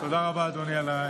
תודה רבה, אדוני.